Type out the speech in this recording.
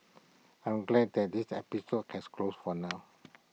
I'm glad that this episode has closed for now